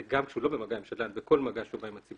זה גם כשהוא לא בא במגע עם שדלן אלא בכל מגע שהוא בא עם הציבור